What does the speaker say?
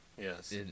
Yes